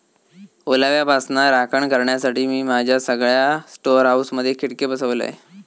ओलाव्यापासना राखण करण्यासाठी, मी माझ्या सगळ्या स्टोअर हाऊसमधे खिडके बसवलय